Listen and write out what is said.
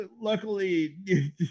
luckily